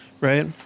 right